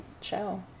show